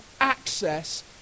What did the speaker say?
access